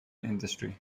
industry